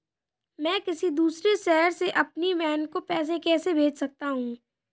मैं किसी दूसरे शहर से अपनी बहन को पैसे कैसे भेज सकता हूँ?